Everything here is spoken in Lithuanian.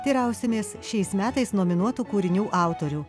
teirausimės šiais metais nominuotų kūrinių autorių